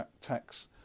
tax